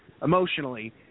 emotionally